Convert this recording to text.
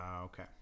okay